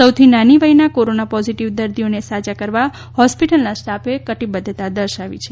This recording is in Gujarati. સૌથી નાની વયના કોરોના પોઝિટિવ દર્દીઓને સાજા કરવા હોસ્પિટલના સ્ટાફે કટિબધ્ધતા દર્શાવી છે